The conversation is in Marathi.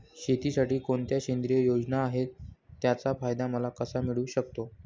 शेतीसाठी कोणत्या केंद्रिय योजना आहेत, त्याचा फायदा मला कसा मिळू शकतो?